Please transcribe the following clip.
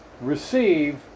receive